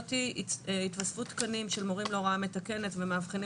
הזאת התווספו תקנים של מורים להוראה מתקנת ומאבחנים